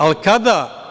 Ali kada?